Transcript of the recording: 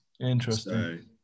interesting